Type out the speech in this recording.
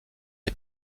est